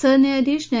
सरन्यायाधीश न्या